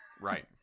right